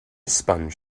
sponge